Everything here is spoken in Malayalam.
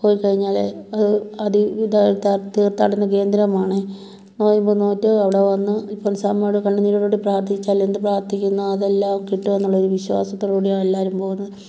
പോയി കഴിഞ്ഞാൽ അത് അത് തീർഥാടനകേന്ദ്രമാണ് നോയമ്പ് നോറ്റ് അവിടെ വന്ന് അൽഫോൻസാമ്മയോട് കണ്ണുനീരോട് കൂടി പ്രാർഥിച്ചാൽ അതെല്ലാം കിട്ടുമെന്നുള്ള ഒരു വിശ്വാസത്തോടുകൂടിയാണ് എല്ലാവരും പോകുന്നത്